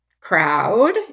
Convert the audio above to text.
crowd